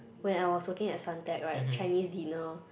when I was working at Suntec right Chinese dinner